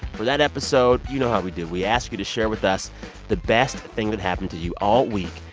for that episode, you know how we do. we ask you to share with us the best thing that happened to you all week.